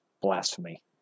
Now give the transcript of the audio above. Blasphemy